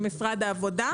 עם משרד העבודה.